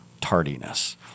tardiness